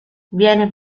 viene